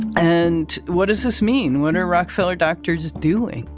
and what does this mean? what are rockefeller doctors doing?